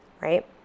right